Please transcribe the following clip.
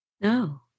No